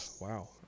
Wow